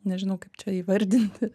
nežinau kaip čia įvardinti